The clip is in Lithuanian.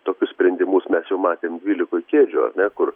tokius sprendimus mes jau matėm dvylikoj kėdžių ar ne kur